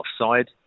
offside